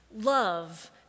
love